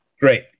Great